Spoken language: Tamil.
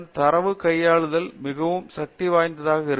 தரவு கையாளுதல் மிகவும் சக்திவாய்ந்ததாக இருக்கும்